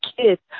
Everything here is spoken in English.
kids